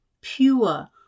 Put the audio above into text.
pure